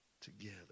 together